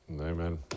Amen